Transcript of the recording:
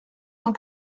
cent